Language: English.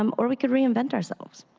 um or we could reinvent ourselves.